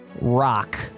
rock